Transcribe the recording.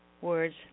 words